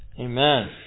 Amen